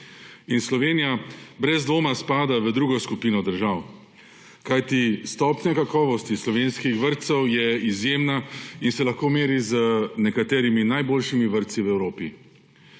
Slovenija brez dvoma spada v drugo skupino držav, kajti stopnja kakovosti slovenskih vrtcev je izjemna in se lahko meri z nekaterimi najboljšimi vrtci v Evropi.